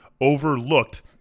overlooked